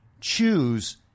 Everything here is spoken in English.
choose